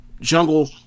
jungle